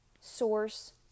source